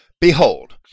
Behold